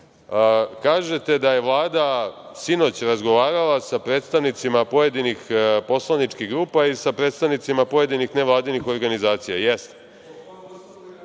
kažete da je Vlada sinoć razgovarala sa predstavnicima pojedinih poslaničkih grupa i sa predstavnicima pojedinih nevladinih organizacija.